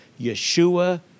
Yeshua